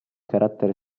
carattere